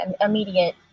immediate